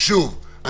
ביום שני כמובן,